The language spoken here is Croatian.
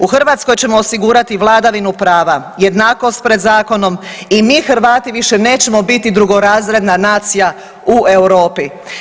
U Hrvatskoj ćemo osigurati vladavinu prava, jednakost pred zakonom i mi Hrvati više nećemo biti drugorazredna nacija u Europi.